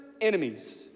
enemies